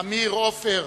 אמיר, עופר,